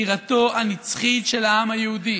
בירתו הנצחית של העם היהודי,